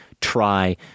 try